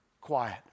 quiet